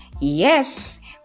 yes